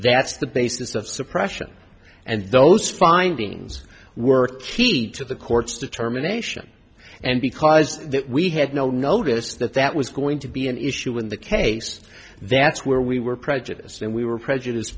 that's the basis of suppression and those findings were keyed to the court's determination and because that we had no notice that that was going to be an issue in the case that's where we were prejudiced and we were prejudice